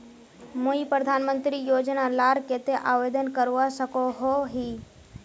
मुई प्रधानमंत्री योजना लार केते आवेदन करवा सकोहो ही?